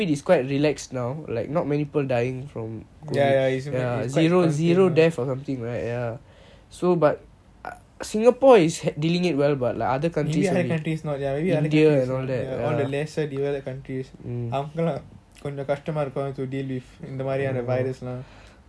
ya ya is quite maybe other countries all the lesser developed countries வாங்கலாம் கொஞ்ஞம் கஷ்டமா இருக்கும் இந்த மாறி ஆனா:avangalam konjam kastama irukum intha maari aana virus lah